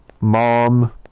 mom